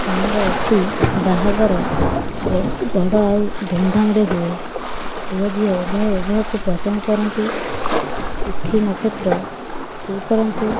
ଆମର ଏଠି ବାହାଘର ବହୁତ ବଡ଼ ଆଉ ଧୁମଧାମରେ ହୁଏ ପୁଅ ଝିଅ ଉଭୟ ଉଭୟଙ୍କୁ ପସନ୍ଦ କରନ୍ତି ତିଥି ନକ୍ଷେତ୍ର ଠିକ କରନ୍ତି